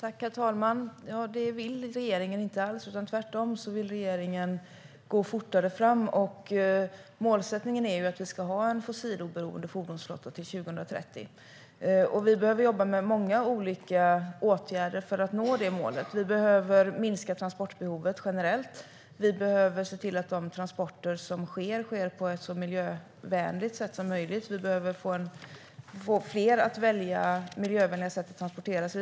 Herr talman! Det vill regeringen inte alls. Regeringen vill tvärtom gå fortare fram. Målsättningen är att vi ska ha en fossiloberoende fordonsflotta till 2030. Vi behöver jobba med många olika åtgärder för att nå det målet. Vi behöver minska transportbehovet generellt. Vi behöver se till att de transporter som sker görs på ett så miljövänligt sätt som möjligt. Vi behöver få fler att välja miljövänliga sätt att transportera sig.